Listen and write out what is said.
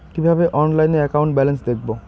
কিভাবে অনলাইনে account balance দেখবো?